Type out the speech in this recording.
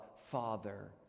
Father